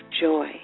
joy